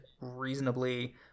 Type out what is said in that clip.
reasonably